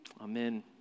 amen